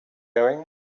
going